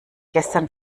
gestern